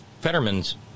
Fetterman's